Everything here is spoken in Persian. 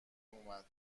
اومد